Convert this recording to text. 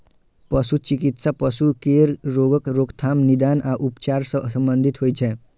पशु चिकित्सा पशु केर रोगक रोकथाम, निदान आ उपचार सं संबंधित होइ छै